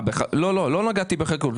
לא נגעתי בחקלאות.